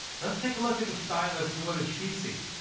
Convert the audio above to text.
let's take a look at the stylist, and what does she see?